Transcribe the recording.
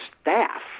staff